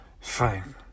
fine